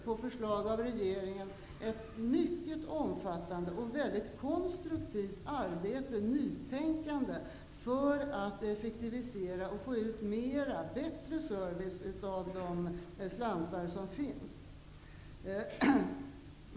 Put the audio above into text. På förslag av regeringen sker nu ett mycket omfattande och väldigt konstruktivt arbete, ett nytänkande, för att effektivisera och få bättre service med de slantar som finns.